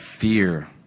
fear